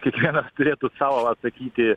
kiekvienas turėtų sau atsakyti